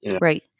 Right